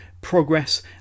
Progress